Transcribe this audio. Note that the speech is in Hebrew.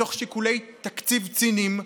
מתוך שיקולי תקציב ציניים,